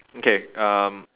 okay um